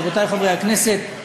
רבותי חברי הכנסת,